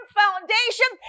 foundation